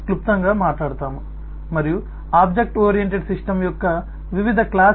"Petal is a part of both kinds of flowers